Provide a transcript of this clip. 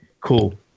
Cool